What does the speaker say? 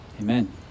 amen